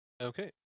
Okay